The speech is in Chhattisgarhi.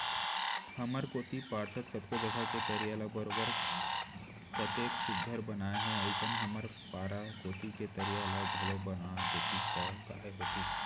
हमर कोती पार्षद कतको जघा के तरिया ल बरोबर कतेक सुग्घर बनाए हे अइसने हमर पारा कोती के तरिया ल घलौक बना देतिस त काय होतिस